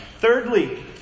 Thirdly